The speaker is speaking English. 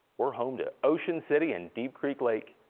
we're home to ocean city and deep creek lake,